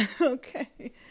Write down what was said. Okay